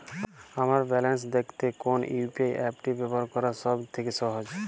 আমার ব্যালান্স দেখতে কোন ইউ.পি.আই অ্যাপটি ব্যবহার করা সব থেকে সহজ?